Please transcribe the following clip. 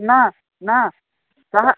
न न सः